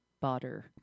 butter